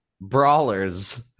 Brawlers